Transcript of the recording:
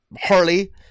Harley